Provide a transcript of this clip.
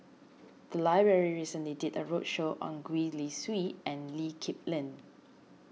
the library recently did a roadshow on Gwee Li Sui and Lee Kip Lin